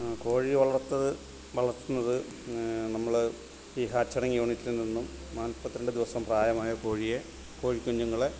കോഴി വളർത്ത് വളർത്തുന്നത് നമ്മൾ ഈ ഹാച്ചറിങ്ങ് യൂണിറ്റിൽ നിന്നും നാല്പത്തിരണ്ട് ദിവസം പ്രായമായ കോഴിയെ കോഴി കുഞ്ഞുങ്ങളെ